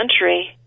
country